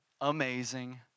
amazing